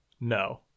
no